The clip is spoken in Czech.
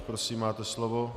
Prosím, máte slovo.